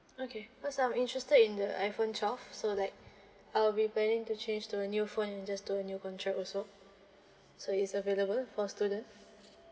okay cause I'm interested in the iPhone twelve so like I'll be planning to change to a new phone and just to a new contract also so it's available for student